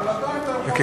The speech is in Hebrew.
ועדיין אתה יכול לענות.